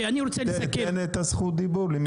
תן את זכות הדיבור למי שאתה חושב.